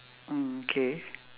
mm K